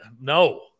no